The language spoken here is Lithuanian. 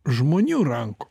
žmonių rankom